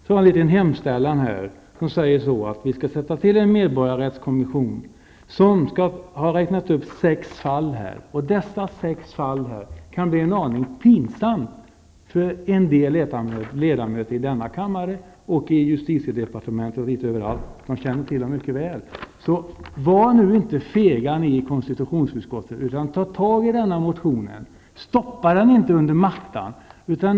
I motionens hemställan kräver vi att en medborgarrättskommission skall tillsättas. Vi räknar upp sex fall i motionen. Det kan bli en aning pinsamt för en del ledamöter i kammaren, för personer i justitiedepartementet och litet överallt. Man känner till dessa fall mycket väl. Var nu inte fega i konstitutionsutskottet! Ta tag i denna motion! Sopa den inte under mattan.